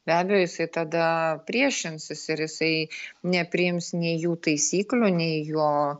be abejo jisai tada priešinsis ir jisai nepriims nei jų taisyklių nei jo